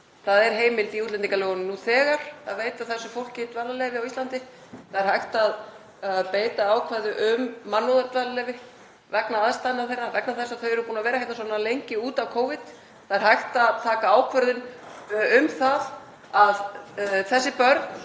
Það er heimild í útlendingalögunum nú þegar að veita þessu fólki dvalarleyfi á Íslandi. Það er hægt að beita ákvæði um mannúðardvalarleyfi vegna aðstæðna þeirra vegna þess að þau eru búin að vera hérna lengi út af Covid. Það er hægt að taka ákvörðun um það að þessi börn